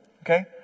okay